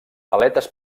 aletes